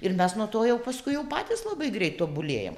ir mes nuo to jau paskui jau patys labai greitai tobulėjam